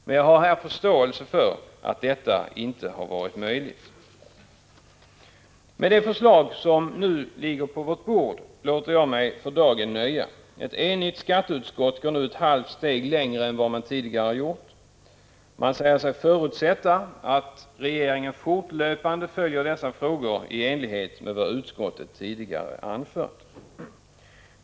Men jag har förståelse för att detta inte har varit möjligt. Med det förslag som nu ligger på vårt bord låter jag mig för dagen nöja. Ett enigt skatteutskott går nu ett halvt steg längre än man tidigare gjort. Man säger sig förutsätta att ”regeringen fortlöpande följer dessa frågor i enlighet med vad utskottet tidigare anfört”.